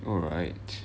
alright